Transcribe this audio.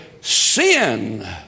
sin